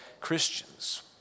Christians